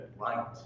light